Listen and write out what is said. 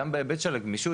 גם בהיבט של הגמישות,